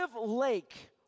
lake